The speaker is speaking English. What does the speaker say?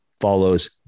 follows